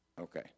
Okay